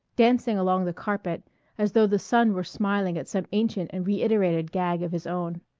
dancing along the carpet as though the sun were smiling at some ancient and reiterated gag of his own.